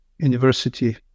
university